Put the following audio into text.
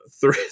Three